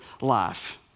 life